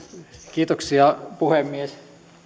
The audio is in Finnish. kiitoksia puhemies